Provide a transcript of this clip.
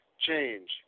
change